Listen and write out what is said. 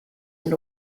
and